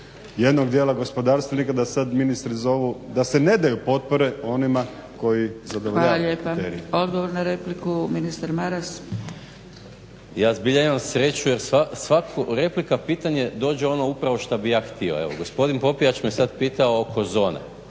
jednog djela gospodarstvenika da sad ministri zovu da se ne daju potpore onima koji zadovoljavaju kriterije. **Zgrebec, Dragica (SDP)** Hvala lijepa. Odgovor na repliku, mistar Maras. **Maras, Gordan (SDP)** Ja zbilja imam sreću jer svaka replika pitanje dođe ono upravo što bi ja htio. Evo gospodin Popijač me sad pitao oko zone.